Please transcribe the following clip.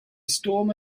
storm